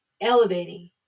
elevating